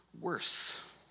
worse